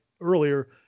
earlier